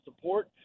support